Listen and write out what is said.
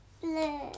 Blue